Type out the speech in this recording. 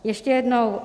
Ještě jednou.